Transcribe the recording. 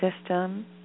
system